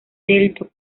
del